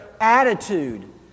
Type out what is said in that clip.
attitude